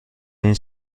این